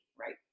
right